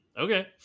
okay